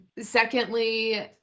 secondly